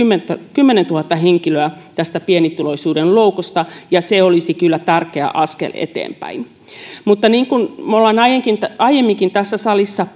kymmenentuhatta henkilöä pienituloisuuden loukusta ja se olisi kyllä tärkeä askel eteenpäin mutta niin kuin me olemme aiemminkin aiemminkin tässä salissa